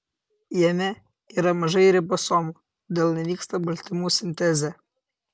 jame yra mažai ribosomų todėl nevyksta baltymų sintezė